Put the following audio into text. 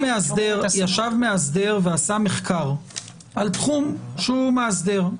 מאסדר ישב ועשה מחקר על תחום שהוא מאסדר.